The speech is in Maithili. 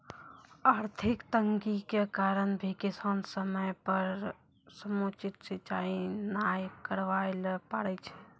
आर्थिक तंगी के कारण भी किसान समय पर समुचित सिंचाई नाय करवाय ल पारै छै